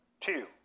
two